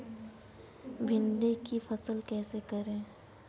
भिंडी की फसल कैसे करें?